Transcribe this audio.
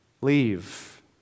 leave